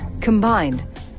Combined